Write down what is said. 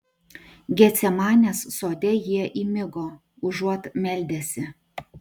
getsemanės sode jie įmigo užuot meldęsi